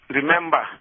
remember